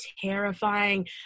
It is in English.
terrifying